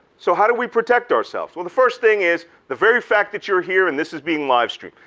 so how do we protect ourselves? well the first thing is the very fact that you're here and this is being livestreamed.